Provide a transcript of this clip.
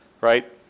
right